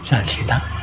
जासिगोन दां